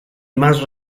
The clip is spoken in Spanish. más